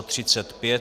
35.